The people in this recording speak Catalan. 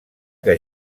que